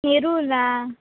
नेरूरला